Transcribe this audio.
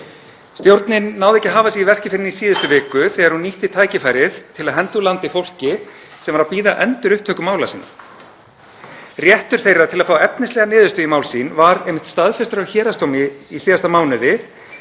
Stjórnin náði ekki að hafa sig í verkið fyrr en í síðustu viku þegar hún nýtti tækifærið til að henda úr landi fólki sem var að bíða endurupptöku mála sinna. Réttur þeirra til að fá efnislega niðurstöðu í mál sín var staðfestur af héraðsdómi í síðasta mánuði